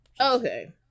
okay